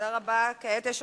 תודה רבה.